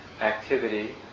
activity